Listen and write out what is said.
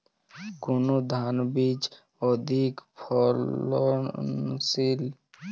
কোন ধান বীজ অধিক ফলনশীল?